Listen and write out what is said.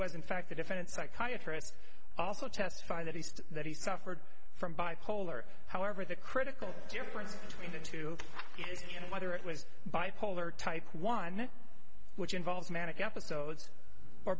was in fact the defendant psychiatry is also testified that he says that he suffered from bipolar however the critical difference between the two is whether it was bipolar type one which involves manic episodes